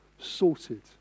sorted